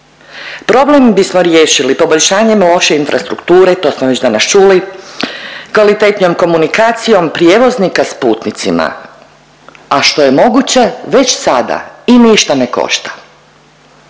Problem bismo riješili poboljšanjem loše infrastrukture, to smo već danas čuli, kvalitetnijom komunikacijom prijevoznika s putnicima, a što je moguće već sada i ništa ne košta.